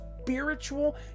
spiritual